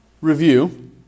review